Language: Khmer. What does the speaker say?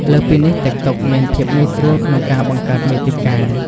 លើសពីនេះ ទីកតុក មាន ភាពងាយស្រួលក្នុងការបង្កើតមាតិកា។